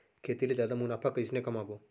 खेती ले जादा मुनाफा कइसने कमाबो?